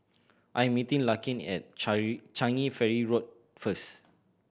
I'm meeting Larkin at Changi Ferry Road first